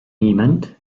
nehmend